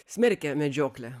smerkia medžioklę